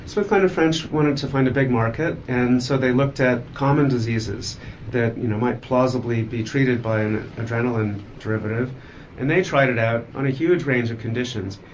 smith, kline and french wanted to find a big market and so they looked at common diseases that you know might plausibly be treated by an adrenaline derivative and they tried it out on a huge range of conditions.